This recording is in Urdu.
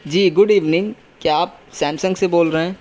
جی گڈ ایوننگ کیا آپ سیمسنگ سے بول رہے ہیں